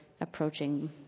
approaching